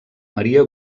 maria